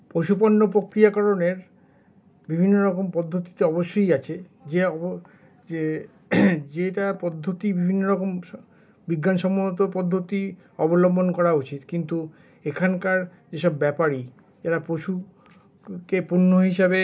পশু পণ্য প্রক্রিয়াকরণের বিভিন্নরকম পদ্ধতি তো অবশ্যই আছে যেটা পদ্ধতি বিভিন্নরকম বিজ্ঞানসম্মত পদ্ধতি অবলম্বন করা উচিত কিন্তু এখানকার যেসব ব্যাপারী এরা পশুকে পণ্য হিসাবে